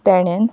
ताणें